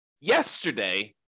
yesterday